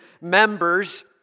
members